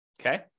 okay